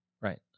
Right